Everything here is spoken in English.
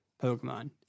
Pokemon